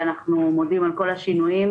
ואנו מודים על כל השינויים,